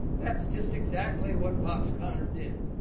that's just exactly what fox connor did.